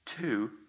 two